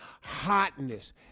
hotness